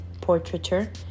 portraiture